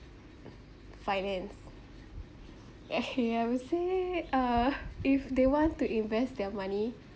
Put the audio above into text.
finance yeah I would say uh if they want to invest their money